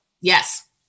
Yes